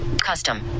Custom